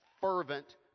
fervent